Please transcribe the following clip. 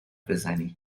بزنید